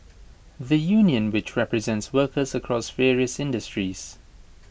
the union which represents workers across various industries